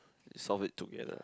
solve it together